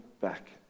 back